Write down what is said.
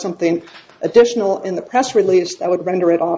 something additional in the press release that would render